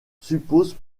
suppose